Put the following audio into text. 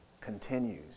continues